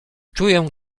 czuję